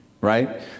right